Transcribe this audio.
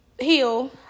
Heal